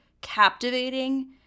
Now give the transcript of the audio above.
captivating